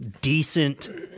decent